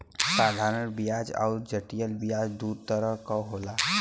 साधारन बियाज अउर जटिल बियाज दूई तरह क होला